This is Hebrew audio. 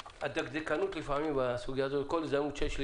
הדקדקנות לפעמים בסוגיה הזאת כל הזדמנות שיש לי